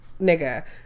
nigga